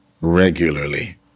regularly